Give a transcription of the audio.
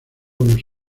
buenos